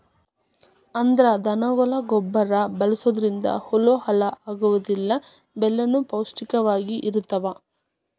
ಅಂದ್ರ ದನಗೊಳ ಗೊಬ್ಬರಾ ಬಳಸುದರಿಂದ ಹೊಲಾ ಹಾಳ ಆಗುದಿಲ್ಲಾ ಬೆಳಿನು ಪೌಷ್ಟಿಕ ವಾಗಿ ಇರತಾವ